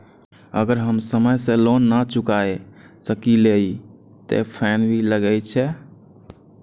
अगर हम समय से लोन ना चुकाए सकलिए ते फैन भी लगे छै?